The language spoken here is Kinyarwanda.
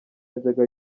yajyaga